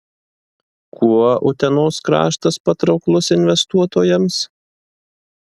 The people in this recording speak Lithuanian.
kuo utenos kraštas patrauklus investuotojams